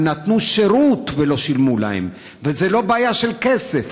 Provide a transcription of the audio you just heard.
הם נתנו שירות ולא שילמו להם, וזו לא בעיה של כסף.